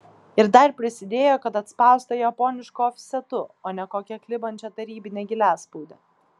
ir dar prisidėjo kad atspausta japonišku ofsetu o ne kokia klibančia tarybine giliaspaude